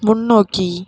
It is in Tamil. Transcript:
முன்னோக்கி